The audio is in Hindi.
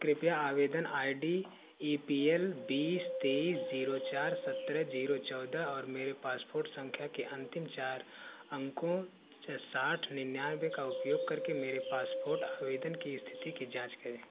कृपया आवेदन I D A P L बीस तेइस ज़ीरो चार सतरह ज़ीरो चौदह और मेरे पासपोर्ट सँख्या के अन्तिम चार अंकों साठ निन्यानवे का उपयोग करके मेरे पासपोर्ट आवेदन की स्थिति की जाँच करें